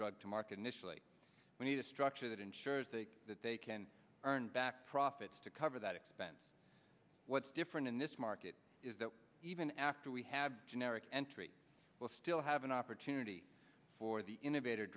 drug to market initially we need a structure that ensures they that they can earn back profits to cover that expense what's different in this market is that even after we have generic entry we'll still have an opportunity for the innovat